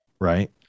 right